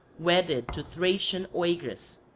wedded to thracian oeagrus,